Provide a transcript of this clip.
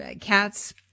cats